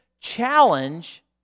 challenge